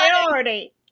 priority